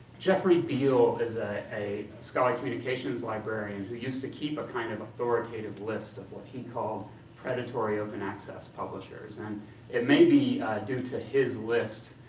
jeffrey beal is ah a scholarly communications librarian who used to keep a kind of authoritative list of what he called predatory open access publishers, and it may be due to his list,